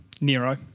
Nero